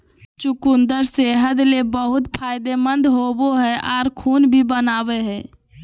चुकंदर सेहत ले बहुत फायदेमंद होवो हय आर खून भी बनावय हय